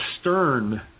stern